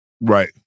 Right